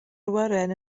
awyren